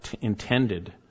intended